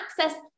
access